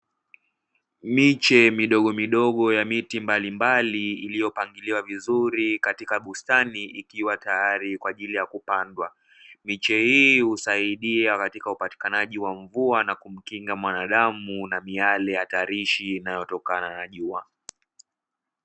Miche midogo midogo ya miti mbalimbali iliyopangiliwa vizuri katika bustani ikiwa tayari kwa ajili ya kupandwa. Miche hii husaidia katika upatikanaji wa mvua na kumkinga mwanadamu, na miale hatarishi inayotokana na jua.